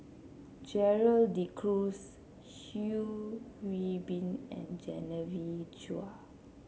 Gerald De Cruz Yeo Hwee Bin and Genevieve Chua